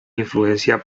influencia